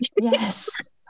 Yes